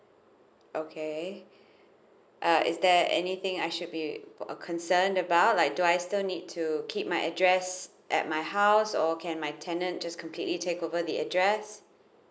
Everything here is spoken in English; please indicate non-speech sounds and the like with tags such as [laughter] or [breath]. okay [breath] uh is there anything I should be uh concern about like do I still need to keep my address at my house or can my tenant just completely take over the address